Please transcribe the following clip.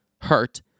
hurt